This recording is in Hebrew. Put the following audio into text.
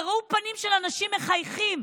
וראו פנים של אנשים מחייכים,